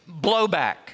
blowback